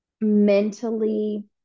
mentally